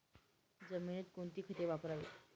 जमिनीत कोणती खते वापरावीत?